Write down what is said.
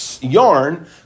Yarn